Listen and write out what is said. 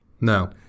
No